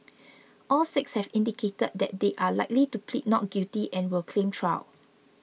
all six have indicated that they are likely to plead not guilty and will claim trial